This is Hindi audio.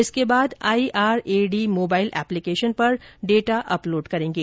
इसके बाद आईआरएडी मोबाइल एप्लीकेशन पर डेटा अपलोड करेंगे